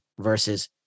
Versus